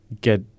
get